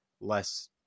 less